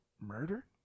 murder